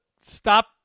stop